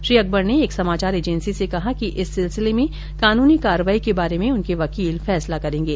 श्री अकबर ने एक समाचार एजेंसी से कहा कि इस सिलसिले में कानूनी कार्रवाई के बारे में उनके वकील फैसला करेंगे